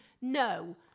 no